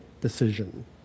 decision